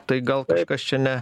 tai gal kažkas čia ne